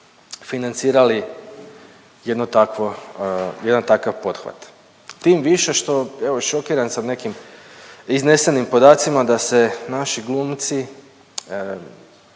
takvo, jedan takav pothvat. Tim više što evo šokiran sam nekim iznesenim podacima da se naši glumci,